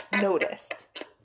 noticed